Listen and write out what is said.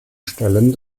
stellen